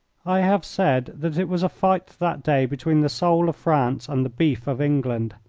i have said that it was a fight that day between the soul of france and the beef of england,